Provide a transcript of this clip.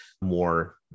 more